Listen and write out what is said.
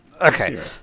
Okay